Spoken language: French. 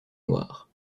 noires